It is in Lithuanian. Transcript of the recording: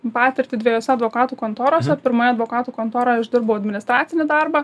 patirtį dviejose advokatų kontorose pirmoj advokatų kontoroj aš dirbau administracinį darbą